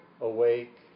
awake